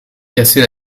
casser